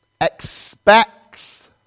expects